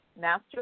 master